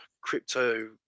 Crypto